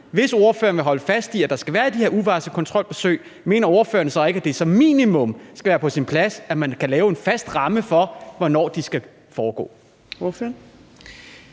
hvis ordføreren vil holde fast i, at der skal være de her uvarslede kontrolbesøg, mener man så samtidig ikke, at det som minimum skal være på sin plads, at man kan lave en fast ramme for, hvornår de skal foregå?